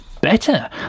better